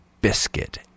biscuit